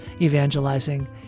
evangelizing